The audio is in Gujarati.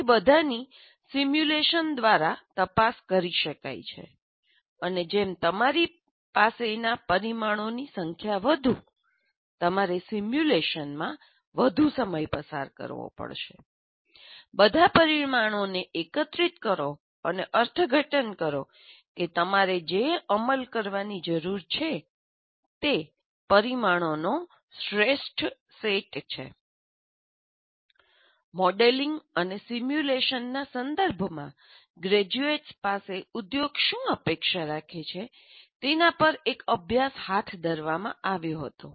તે બધા ની સિમ્યુલેશન દ્વારા તપાસ કરી શકાય છે અને જેમ તમારી પાસેના પરિમાણોની સંખ્યા વધુ તમારે સિમ્યુલેશનમાં વધુ સમય પસાર કરવો પડશે બધા પરિણામો એકત્રિત કરો અને અર્થઘટન કરો કે તમારે જે અમલ કરવાની જરૂર છે તે પરિમાણોનો શ્રેષ્ઠ સેટ છે મોડેલિંગ અને સિમ્યુલેશનના સંદર્ભમાં ગ્રેજ્યુએટ્સ પાસેથી ઉદ્યોગ શું અપેક્ષા રાખે છે તેના પર એક અભ્યાસ હાથ ધરવામાં આવ્યો હતો